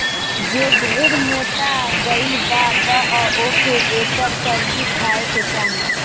जे ढेर मोटा गइल बा तअ ओके एकर सब्जी खाए के चाही